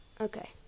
Okay